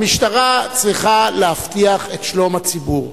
המשטרה צריכה להבטיח את שלום הציבור.